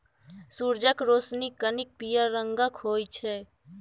सुरजक रोशनी कनिक पीयर रंगक होइ छै